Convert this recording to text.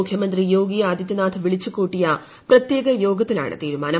മുഖ്യമന്ത്രി യോഗി ആദിത്യനാഥ് വിളിച്ചുകൂടിയ പ്രത്യേക യോഗത്തിലാണ് തീരുമാനം